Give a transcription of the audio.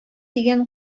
дигән